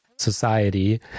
society